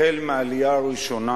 החל מהעלייה הראשונה,